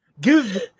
give